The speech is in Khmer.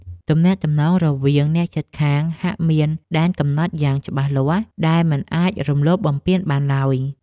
ទំនាក់ទំនងរវាងអ្នកជិតខាងហាក់មានដែនកំណត់យ៉ាងច្បាស់លាស់ដែលមិនអាចរំលោភបំពានបានឡើយ។